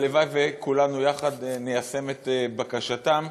והלוואי שכולנו יחד ניישם את בקשתם.